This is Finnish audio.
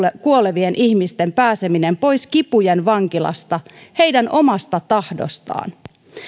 kuolevien ihmisten pääsemistä pois kipujen vankilasta heidän omasta tahdostaan